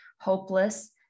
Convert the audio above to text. hopeless